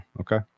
Okay